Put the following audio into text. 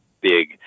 big